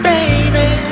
Baby